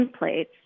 templates